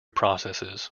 processes